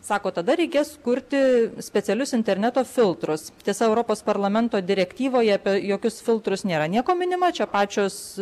sako tada reikės kurti specialius interneto filtrus tiesa europos parlamento direktyvoje apie jokius filtrus nėra nieko minima čia pačios